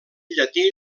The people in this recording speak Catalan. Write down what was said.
llatí